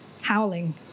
howling